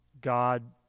God